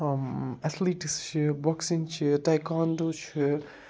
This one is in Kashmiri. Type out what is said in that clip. اٮ۪تھلیٖٹٕس چھِ بۄکسِنٛگ چھِ ٹَیکانٛڈو چھِ